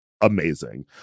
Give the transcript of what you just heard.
Amazing